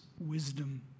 wisdom